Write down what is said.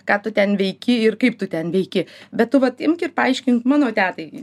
ką tu ten veiki ir kaip tu ten veiki bet tu vat imk ir paaiškink mano tetai